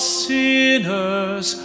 sinners